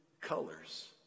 colors